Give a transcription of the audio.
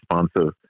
responsive